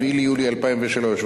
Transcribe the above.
4 ביולי 2003,